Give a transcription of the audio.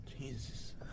Jesus